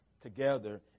together